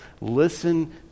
listen